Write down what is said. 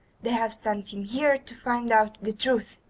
they have sent him here to find out the truth.